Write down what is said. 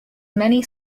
many